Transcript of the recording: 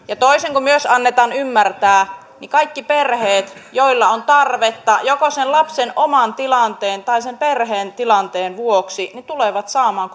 ja toisin kuin myös annetaan ymmärtää niin kaikki perheet joilla on tarvetta joko sen lapsen oman tilanteen tai sen perheen tilanteen vuoksi tulevat saamaan